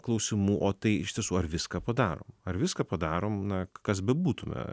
klausimų o tai iš tiesų ar viską padarom ar viską padarom na kas bebūtume